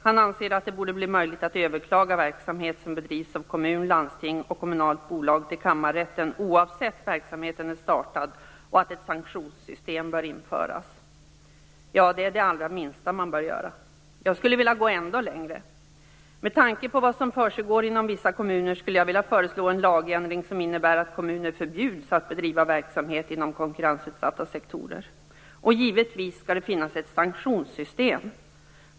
Han anser att det borde bli möjligt att överklaga verksamhet som bedrivs av kommun, landsting och kommunalt bolag till Kammarrätten oavsett när verksamheten är startad och att ett sanktionssystem bör införas. Det är det allra minsta man bör göra. Jag skulle vilja gå ännu längre. Med tanke på vad som försiggår inom vissa kommuner skulle jag vilja föreslå en lagändring som innebär att kommuner förbjuds att bedriva verksamhet inom konkurrensutsatta sektorer, och givetvis skall det finnas ett sanktionssystem.